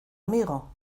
amigo